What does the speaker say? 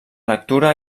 lectura